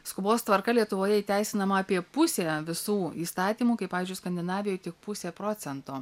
skubos tvarka lietuvoje įteisinama apie pusė visų įstatymų kai pavyzdžiui skandinavijoj tik pusė procento